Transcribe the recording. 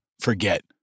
forget